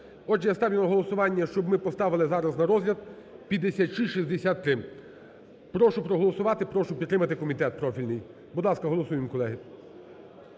Отже, я ставлю на голосування, щоб ми поставили зараз на розгляд 5663. Прошу проголосувати, прошу підтримати комітет профільний. Будь ласка, голосуємо, колеги,